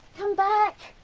come back!